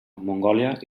mongòlia